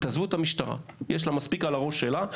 תעזבו את המשטרה, יש לה מספיק על הראש שלה.